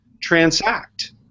transact